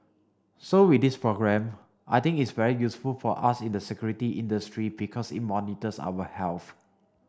so with this programme I think it's very useful for us in the security industry because it monitors our health